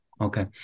Okay